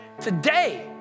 Today